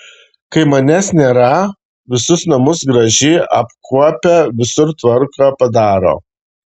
kai manęs nėra visus namus gražiai apkuopia visur tvarką padaro